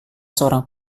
seorang